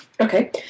Okay